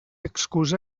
excusa